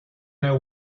know